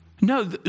No